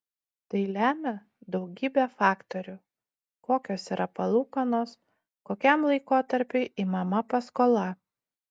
tai lemia daugybė faktorių kokios yra palūkanos kokiam laikotarpiui imama paskola